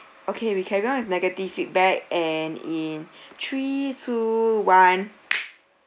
okay we carry on with negative feedback and in three two one